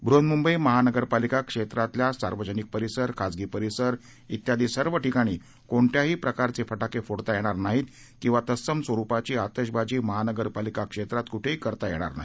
बृहन्मुंबई महानगरपालिका क्षेत्रातील सार्वजनिक परिसर खासगी परिसर व्यादी सर्व ठिकाणी कोणत्याही प्रकारचे फटाके फोडता येणार नाहीत किंवा तत्सम स्वरुपाची आतशबाजी महानगरपालिका क्षेत्रात कुठेही करता येणार नाही